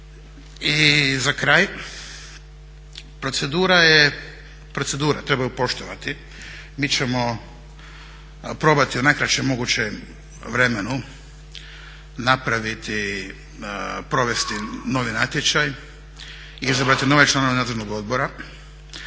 I za kraj, procedura je procedura, treba je poštovati. Mi ćemo probati u najkraćem mogućem vremenu napraviti, provesti novi natječaj i izabrati nove članove Nadzornog odbora.